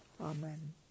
Amen